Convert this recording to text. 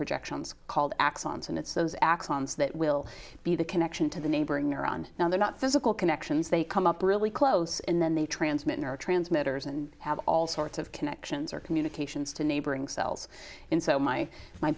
projections called axons and it's those axioms that will be the connection to the neighboring neuron now they're not physical connections they come up really close and then they transmit neurotransmitters and have all sorts of connections or communications to neighboring cells in so my my